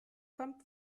kommt